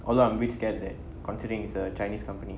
although I'm a bit scared that considering it's a chinese company